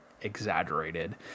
exaggerated